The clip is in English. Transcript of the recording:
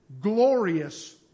Glorious